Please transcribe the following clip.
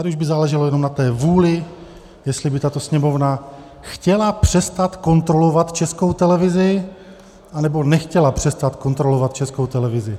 Tady by už záleželo jenom na té vůli, jestli by tato Sněmovna chtěla přestat kontrolovat Českou televizi, anebo nechtěla přestat kontrolovat Českou televizi.